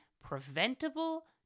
preventable